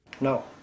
No